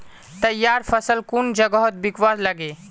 तैयार फसल कुन जगहत बिकवा लगे?